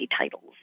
titles